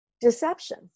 deception